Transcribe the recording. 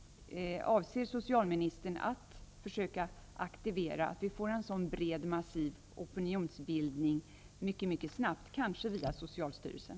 Avser socialministern att försöka aktivera en sådan bred massiv opinion mycket snart, kanske via socialstyrelsen?